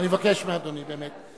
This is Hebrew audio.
אני מבקש מאדוני, באמת.